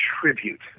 tribute